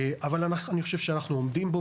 אני חושב שאנחנו עומדים בו,